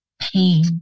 pain